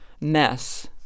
mess